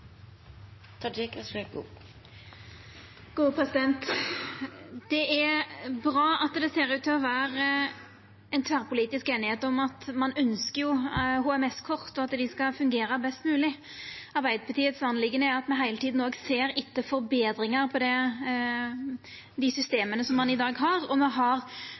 bra at det ser ut til å vera tverrpolitisk einigheit om at ein ønskjer HMS-kort, og at dei skal fungera best mogleg. Me i Arbeidarpartiet ser òg heile tida etter forbetringar på dei systema som ein har i dag, og me har både i spørsmål og gjennom forslag teke opp forbetringar av HMS-kortet, utan at me har sett at regjeringa har